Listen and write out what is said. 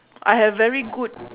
I have very good